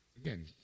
Again